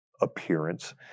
appearance